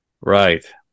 right